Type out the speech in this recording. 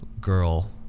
girl